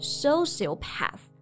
sociopath